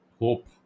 hope